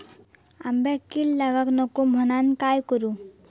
आंब्यक कीड लागाक नको म्हनान काय करू?